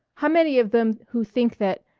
how many of them who think that,